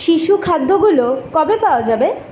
শিশু খাদ্যগুলো কবে পাওয়া যাবে